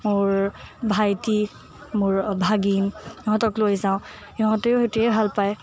মোৰ ভাইটি মোৰ ভাগিন সিহঁতক লৈ যাওঁ সিহঁতেও সেইটোৱেই ভাল পায়